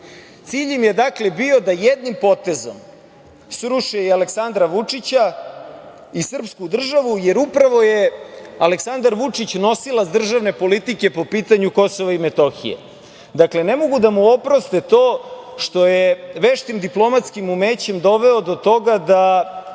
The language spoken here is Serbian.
Cilj im je, dakle, bio da jednim potezom sruše i Aleksandra Vučića i srpsku državu, jer upravo je Aleksandar Vučić nosilac državne politike po pitanju Kosova i Metohije. Dakle, ne mogu da mu oproste to što je veštim diplomatskim umećem doveo do toga da